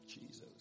Jesus